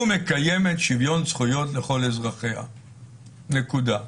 ומקיימת שוויון זכויות לכל אזרחיה, נקודה.